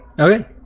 Okay